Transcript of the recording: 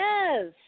Yes